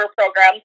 program